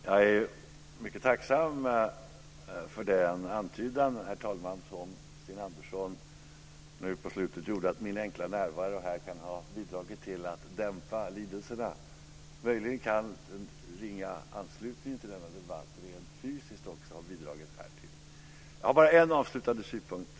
Herr talman! Jag är mycket tacksam för Sten Anderssons antydan på slutet om att min enkla närvaro kan ha bidragit till att dämpa lidelserna. Möjligen kan den ringa anslutningen till denna debatt rent fysiskt också ha bidragit härtill. Jag har bara en avslutande synpunkt.